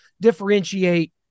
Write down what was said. differentiate